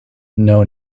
know